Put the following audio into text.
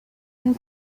and